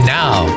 now